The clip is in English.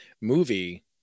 movie